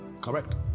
Correct